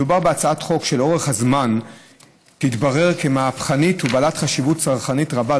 מדובר בהצעת חוק שלאורך הזמן תתברר כמהפכנית ובעלת חשיבות צרכנית רבה,